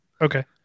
Okay